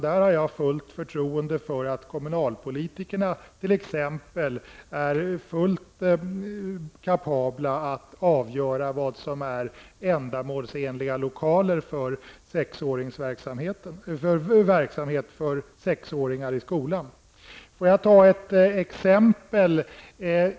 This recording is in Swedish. Där har jag fullt förtroende för att t.ex. kommunalpolitikerna är fullt kapabla att avgöra vad som är ändamålsenliga lokaler för verksamhet för sexåringar i skolan. Jag har ett exempel.